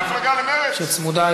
צמודה,